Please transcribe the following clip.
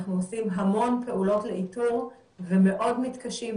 אנחנו עושים המון פעולות לאיתור ומאוד מתקשים,